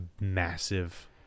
massive